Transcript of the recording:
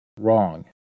wrong